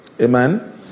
Amen